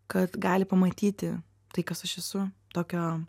kad gali pamatyti tai kas aš esu tokio